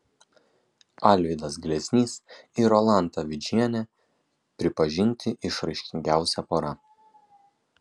alvydas gleznys ir rolanda vidžienė pripažinti išraiškingiausia pora